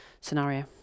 scenario